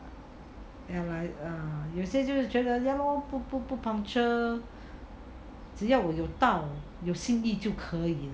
ya like 有些就是觉得 ya lor 不 punctual 只要我又到有心意就可以了